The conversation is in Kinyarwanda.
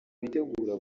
bitegura